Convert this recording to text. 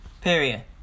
Period